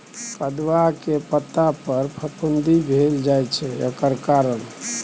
कदुआ के पता पर फफुंदी भेल जाय छै एकर कारण?